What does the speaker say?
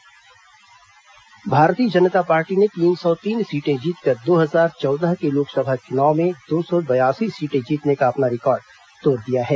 लोकसभा चुनाव परिणाम भारतीय जनता पार्टी ने तीन सौ तीन सीटें जीतकर दो हजार चौदह के लोकसभा चुनाव में दौ सो बयासी सीटें जीतने का अपना पिछला रिकॉर्ड तोड़ दिया है